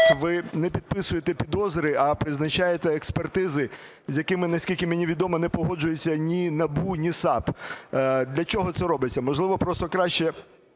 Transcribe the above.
ви не підписуєте підозри, а призначаєте експертизи, з якими, наскільки мені відомо, не погоджуються ні НАБУ ні САП? Для чого це робиться? Можливо, просто краще